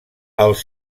els